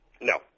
No